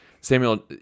Samuel